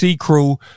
crew